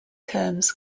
terms